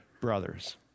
brothers